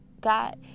God